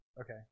Okay